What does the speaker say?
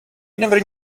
never